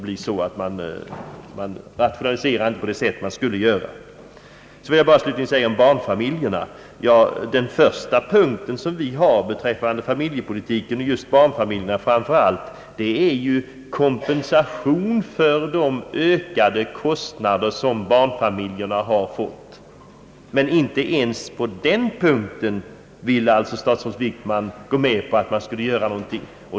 Jag skall till slut säga några ord om barnfamiljerna. Centerns första punkt beträffande barnfamiljepolitiken — är kompensation för deras ökade kostna der, Inte ens på den punkten vill alltså statsrådet Wickman göra någonting.